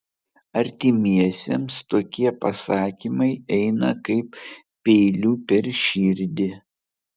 artimiesiems tokie pasakymai eina kaip peiliu per širdį